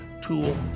tool